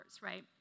right